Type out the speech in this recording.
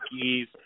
keys